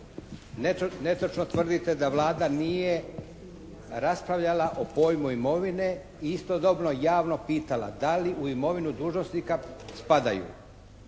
Netočno tvrdite da Vlada nije raspravljala o pojmu imovine i istodobno javno pitala da li u imovinu dužnosnika spadaju